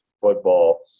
football